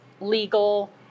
legal